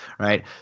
Right